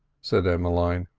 said emmeline,